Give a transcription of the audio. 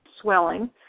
swelling